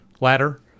ladder